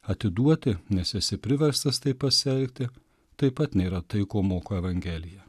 atiduoti nes esi priverstas taip pasielgti taip pat nėra tai ko moko evangelija